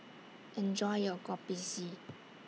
Enjoy your Kopi C